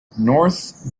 north